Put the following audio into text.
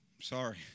Sorry